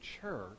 church